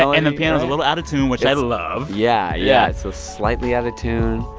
so and the piano is a little out of tune, which i love yeah. yeah. it's ah slightly out of tune.